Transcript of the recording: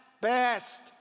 best